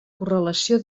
correlació